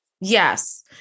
Yes